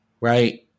right